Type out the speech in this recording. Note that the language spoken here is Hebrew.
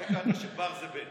לא ידעת ש"בר" זה "בן".